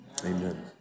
Amen